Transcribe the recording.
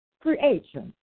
creation